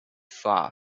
far